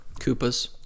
Koopas